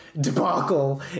debacle